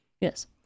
Yes